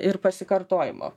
ir pasikartojimo